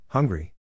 Hungry